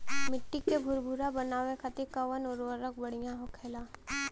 मिट्टी के भूरभूरा बनावे खातिर कवन उर्वरक भड़िया होखेला?